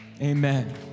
amen